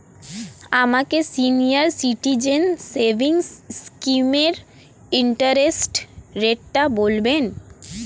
আমাকে senior citizen savings স্কিমের interest রেটটা বলবেন